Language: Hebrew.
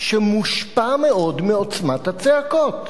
שמושפע מאוד מעוצמת הצעקות,